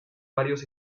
varios